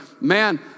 man